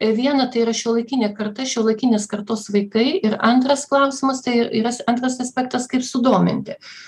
vieną tai yra šiuolaikinė karta šiuolaikinės kartos vaikai ir antras klausimas tai y yra antras aspektas kaip sudominti